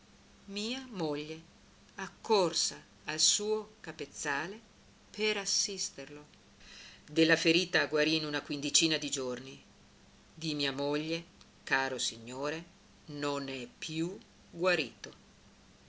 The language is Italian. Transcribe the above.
mia moglie accorsa al suo capezzale per assisterlo della ferita guarì in una quindicina di giorni di mia moglie caro signore non è più guarito